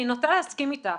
אני נוטה להסכים אתך.